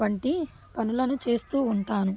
వంటి పనులను చేస్తూ ఉంటాను